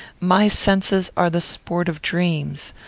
my senses are the sport of dreams.